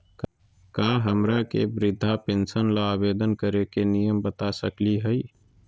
का हमरा के वृद्धा पेंसन ल आवेदन करे के नियम बता सकली हई?